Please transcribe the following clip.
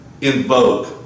invoke